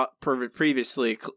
previously